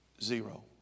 Zero